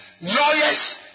lawyers